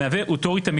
המהווה אוטוריטה מקצועית,